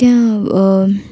त्यहाँ